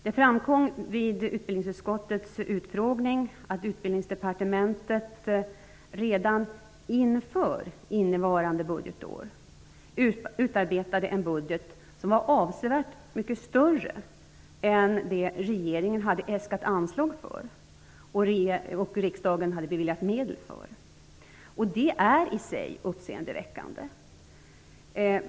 Det framkom vid utbildningsutskottets utfrågning att Utbildningsdepartementet redan inför innevarande budgetår utarbetade en budget som var avsevärt mycket större än vad regeringen äskat anslag för och riksdagen beviljat medel för. Det är i sig uppseendeväckande.